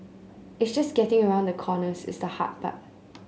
it's just getting around the corners is the hard part